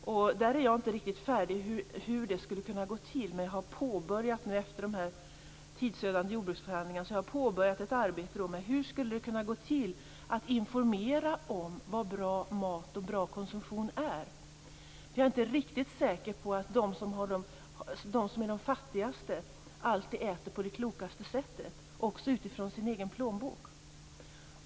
Jag är inte riktigt färdig med arbetet kring hur det skulle kunna gå till, men efter de tidsödande jordbruksförhandlingarna har jag nu påbörjat ett arbete med att ta reda på hur det skulle kunna gå till att informera om vad bra mat och bra konsumtion är. Jag är inte riktigt säker på att de som är de fattigaste alltid äter på det klokaste sättet också utifrån sin egen plånbok.